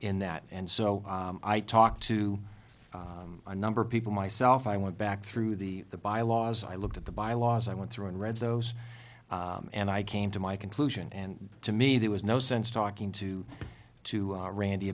in that and so i talked to a number of people i saw if i went back through the the bylaws i looked at the bylaws i went through and read those and i came to my conclusion and to me there was no sense talking to to randy